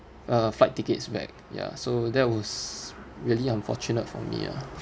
uh flight tickets back ya so that was really unfortunate for me lah